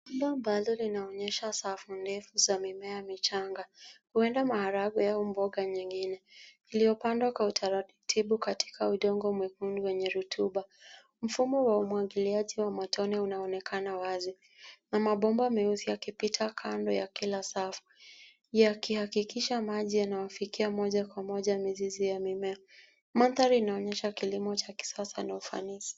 Shmaba ambalo linaonyesha safu ndefu za mimea michanga, huenda maharagwe au mboga nyingine iliyopandwa kwa utaratibu katika udongo mwenkundu wenye rotuba. Mfumo wa umwagiliaji wa matone unaonekana wazi na mabomba meusi yakipita kando ya kila safu yakihakikisha maji yanayafikia moja kwa moja mizizi ya mimea. Mandhari inaonyesha kilimo cha kisasa na ufanisi.